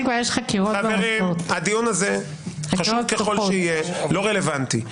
חשוב ככל שיהיה, לא רלוונטי.